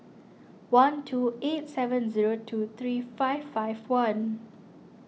one two eight seven zero two three five five one